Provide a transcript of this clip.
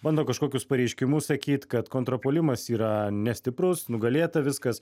bando kažkokius pareiškimus sakyt kad kontrpuolimas yra nestiprus nugalėta viskas